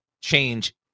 change